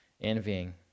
envying